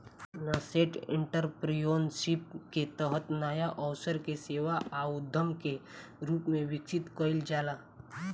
nascent entrepreneurship के तहत नाया अवसर के सेवा आ उद्यम के रूप में विकसित कईल जाला